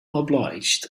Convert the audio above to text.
obliged